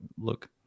look